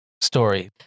story